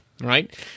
Right